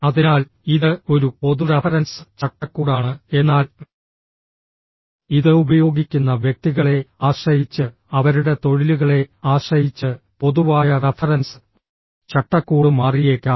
അതിനാൽ ഇത് ഒരു പൊതു റഫറൻസ് ചട്ടക്കൂടാണ് എന്നാൽ ഇത് ഉപയോഗിക്കുന്ന വ്യക്തികളെ ആശ്രയിച്ച് അവരുടെ തൊഴിലുകളെ ആശ്രയിച്ച് പൊതുവായ റഫറൻസ് ചട്ടക്കൂട് മാറിയേക്കാം